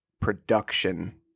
production